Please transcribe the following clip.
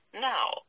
now